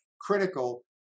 critical